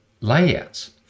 layouts